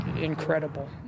incredible